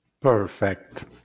Perfect